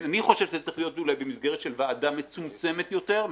אני חושב שזה צריך להיות אולי במסגרת של ועדה מצומצמת יותר,